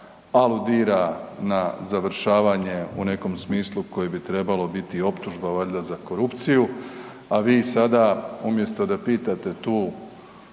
aludira na završavanje u nekom smislu koji bi trebalo biti optužba valjda za korupciju a vi sada umjesto da pitate tu